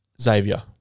Xavier